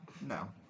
No